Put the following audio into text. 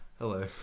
Hello